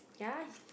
ya he